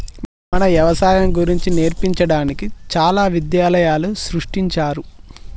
మన యవసాయం గురించి నేర్పడానికి చాలా విద్యాలయాలు సృష్టించారు